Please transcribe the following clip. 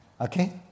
Okay